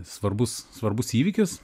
svarbus svarbus įvykis